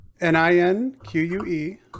N-I-N-Q-U-E